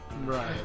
Right